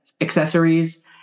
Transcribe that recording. accessories